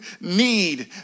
need